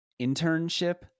internship